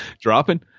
dropping